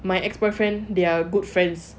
my ex boyfriend they are good friends